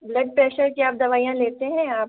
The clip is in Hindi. ब्लड प्रेशर की आप दवाइयाँ लेते हैं आप